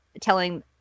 telling